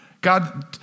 God